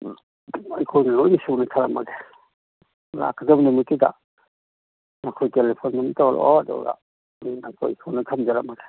ꯑꯩꯈꯣꯏꯅ ꯂꯣꯏꯅ ꯁꯨꯅ ꯊꯅꯝꯃꯒꯦ ꯂꯥꯛꯀꯗꯕ ꯅꯨꯃꯤꯠꯇꯨꯗ ꯅꯈꯣꯏ ꯇꯦꯂꯤꯐꯣꯟ ꯑꯝ ꯇꯧꯔꯛꯑꯣ ꯑꯗꯨꯒ ꯑꯗꯨꯝ ꯑꯩꯈꯣꯏ ꯁꯨꯅ ꯊꯝꯖꯔꯝꯃꯒꯦ